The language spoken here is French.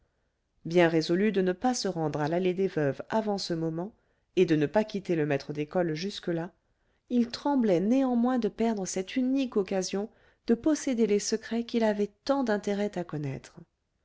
bien résolu de ne pas se rendre à l'allée des veuves avant ce moment et de ne pas quitter le maître d'école jusque-là il tremblait néanmoins de perdre cette unique occasion de posséder les secrets qu'il avait tant d'intérêt à connaître